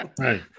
Right